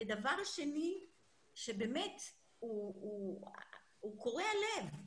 דבר שני שבאמת הוא קורע לב.